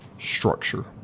structure